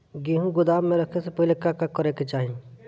गेहु गोदाम मे रखे से पहिले का का करे के चाही?